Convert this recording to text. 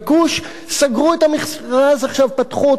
סגרו את המכרז ועכשיו פתחו אותו מחדש.